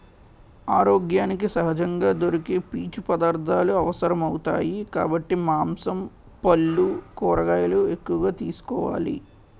ఆరోగ్యానికి సహజంగా దొరికే పీచు పదార్థాలు అవసరమౌతాయి కాబట్టి మాంసం, పల్లు, కూరగాయలు ఎక్కువగా తీసుకోవాలి